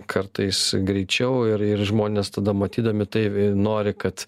kartais greičiau ir ir žmonės tada matydami tai nori kad